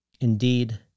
Indeed